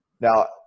Now